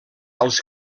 als